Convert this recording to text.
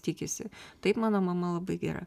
tikisi taip mano mama labai gera